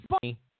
funny